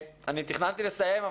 אני תכננתי לסיים,